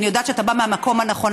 אני יודעת שאתה בא מהמקום הנכון,